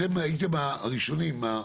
אתם הייתם הראשונים,